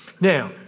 Now